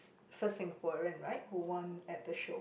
first Singaporean right who won at the show